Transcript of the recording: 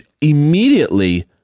immediately